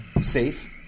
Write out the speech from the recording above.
safe